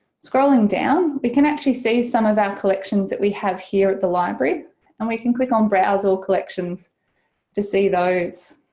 scrolling down we can actually see some of our collections that we have here at the library and we can click on browse all collections to see those.